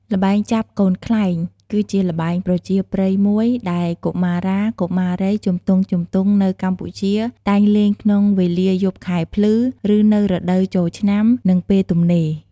ល្បែងចាប់កូនខ្លែង គឺជាល្បែងប្រជាប្រិយមួយដែលកុមារាកុមារីជំទង់ៗនៅកម្ពុជា តែងលេងក្នុងវេលាយប់ខែភ្លឺ ឬនៅរដូវចូលឆ្នាំ និងពេលទំនេរ។